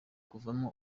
kuvamo